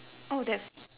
oh that's